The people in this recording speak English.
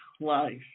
life